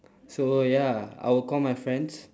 so ya I will call my friends